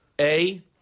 A-